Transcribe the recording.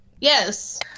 Yes